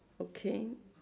okay